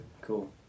Cool